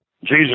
Jesus